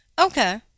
Okay